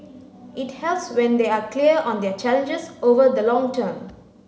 it helps when they are clear on their challenges over the long term